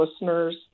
listeners